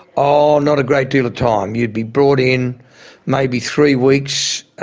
ah not a great deal of time. you'd be brought in maybe three weeks,